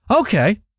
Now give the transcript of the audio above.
okay